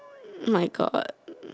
my God